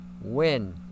win